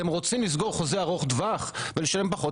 אתם רוצים לסגור חוזה ארוך טווח ולשם פחות?